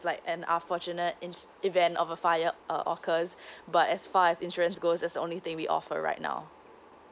like an unfortunate in event of a fire uh occurs but as far as insurance goes that's the only thing we offer right now